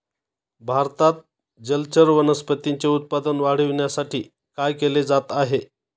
भारतात जलचर वनस्पतींचे उत्पादन वाढविण्यासाठी काय केले जात आहे?